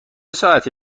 ساعتی